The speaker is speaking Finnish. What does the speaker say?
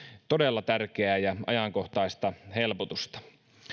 todella tärkeää ja ajankohtaista helpotusta